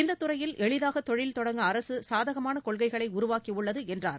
இந்தத் துறையில் எளிதாகத் தொழில் தொடங்க அரசு சாதகமான கொள்கைகளை உருவாக்கியுள்ளது என்றார்